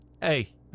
Hey